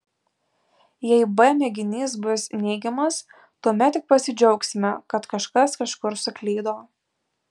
jei b mėginys bus neigiamas tuomet tik pasidžiaugsime kad kažkas kažkur suklydo